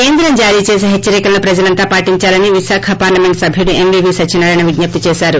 కేంద్ర జారీ చేసే హెచ్చరికలను ప్రజలంతా పాటిందాలని విశాఖ పార్లమెంట్ సభ్యుడు ఎంవీవీ సత్యనారాయణ విజ్ఞప్తి చేశారు